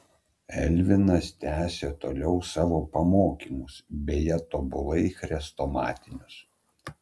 elvinas tęsė toliau savo pamokymus beje tobulai chrestomatinius